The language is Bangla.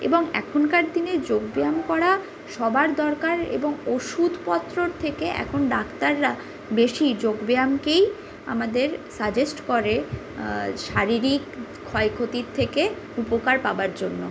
এবং এখনকার দিনে যোগব্যায়াম করা সবার দরকার এবং ওষুধপত্রর থেকে এখন ডাক্তাররা বেশি যোগব্যায়ামকেই আমাদের সাজেস্ট করে শারীরিক ক্ষয়ক্ষতির থেকে উপকার পাবার জন্য